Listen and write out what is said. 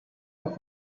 off